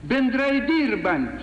bendrai dirbant